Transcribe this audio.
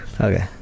Okay